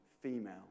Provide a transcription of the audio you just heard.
female